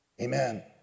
Amen